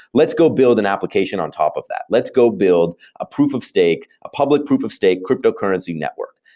let's go build an application on top of that. let's go build a proof of stake, a public proof of stake cryptocurrency network,